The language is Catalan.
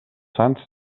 sants